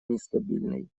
нестабильной